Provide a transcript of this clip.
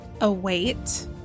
await